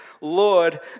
Lord